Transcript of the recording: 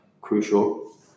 crucial